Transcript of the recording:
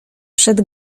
przed